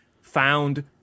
found